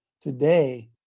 Today